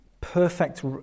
perfect